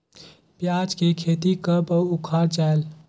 पियाज के खेती कब अउ उखाड़ा जायेल?